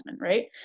right